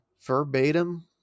verbatim